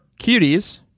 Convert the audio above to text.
cuties